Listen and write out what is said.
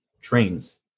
trains